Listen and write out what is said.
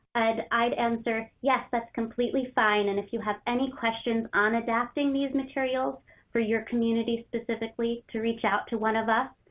i'd i'd answer yes, that's completely fine. and if you have any questions on adapting these materials for your community specifically, reach out to one of us.